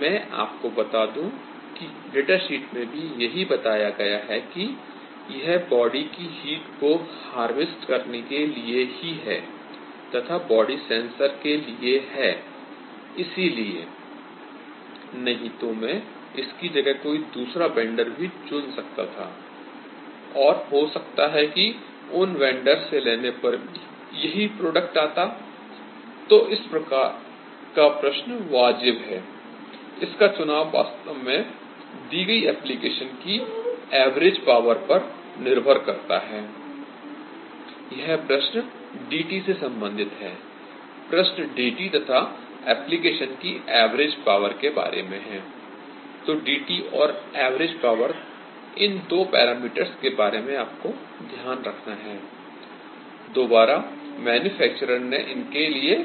मैं आपको बता दूँ कि डाटा शीट में भी यही बताया गया है कि यह बॉडी की हीट को हार्वेस्ट करने के लिए ही है तथा बॉडी सेंसर के लिए है इसीलिए नहीं तो मैं इसकी जगह कोई दूसरा वेंडर भी चुन सकता था और हो सकता है कि उन वेंडर से लेने पर भी यही प्रोडक्ट आता I तो इस प्रकार का प्रश्न वाजिब है I इसका चुनाव वास्तव में दी गयी एप्लीकेशन की एवरेज पॉवर पर निर्भर करता है I यह प्रश्न dT से सम्बंधित है I प्रश्न dT तथा एप्लीकेशन की एवरेज पॉवर के बारे में है I तो dT और एवरेज पॉवर इन दो पैरामीटर्स के बारे में आपको ध्यान रखना है I दोबारा मैन्युफैक्चरर ने इनके लिए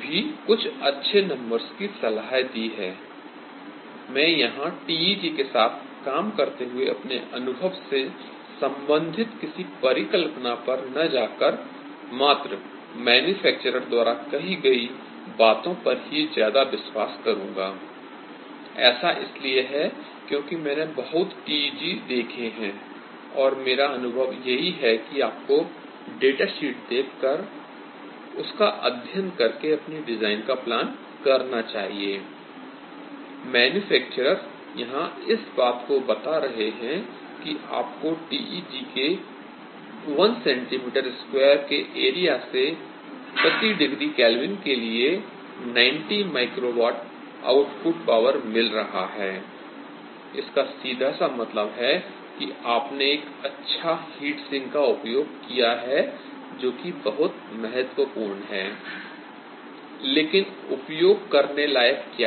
भी कुछ अच्छे नंबर्स की सलाह दी है I मैं यहाँ TEG के साथ काम करते हुए अपने अनुभव से सम्बंधित किसी कल्पना पर न जाकर मात्र मैन्युफैक्चरर द्वारा कही गयी बातों पर ही ज्यादा विश्वास करूँगा I ऐसा इसीलिए है क्यूंकि मैंने बहुत TEGs देखे हैं और मेरा अनुभव यही है कि आपको डेटा शीट देखकर उसका अध्ययन करके अपने डिजाईन का प्लान करना चाहिए I मैन्युफैक्चरर यहाँ इस बात को बता रहे हैं कि आपको इस TEG के 1cm स्क्वायर के एरिया से प्रति डिग्री केल्विन के लिए 90 माइक्रो वाट आउटपुट पॉवर मिल रहा है I इसका सीधा सा मतलब है कि आपने एक अच्छा हीट सिंक का उपयोग किया है जो कि बहुत महत्वपूर्ण है I लेकिन उपयोग करने लायक क्या है